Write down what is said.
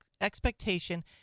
expectation